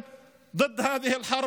גדול נגד המלחמה הזאת,